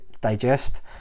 digest